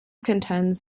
contends